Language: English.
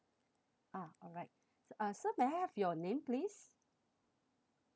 ah alright uh sir may I have your name please